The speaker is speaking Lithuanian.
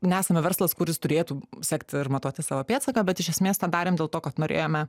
nesame verslas kuris turėtų sekti ir matuoti savo pėdsaką bet iš esmės tą darėm dėl to kad norėjome